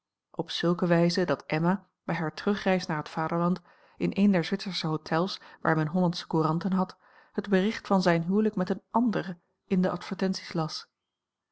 op zulke wijze dat emma bij haar terugreis naar het vaderland in een der zwitsersche hotels waar men hollandsche couranten had het bericht van zijn huwelijk met eene andere in de advertenties las